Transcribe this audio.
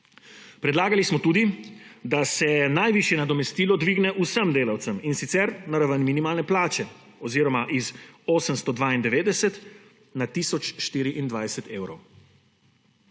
Predlagali smo tudi, da se najvišje nadomestilo dvigne vsem delavcem, in sicer na raven minimalne plače oziroma z 892 na tisoč 24 evrov.